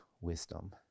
wisdom